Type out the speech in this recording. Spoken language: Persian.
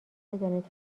بدانید